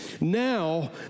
now